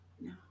no